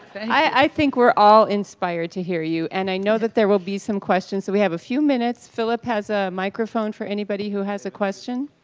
i think we're all inspired to hear you and i know that there will be some questions, so we have a few minutes. philip has a microphone for anybody who has a question.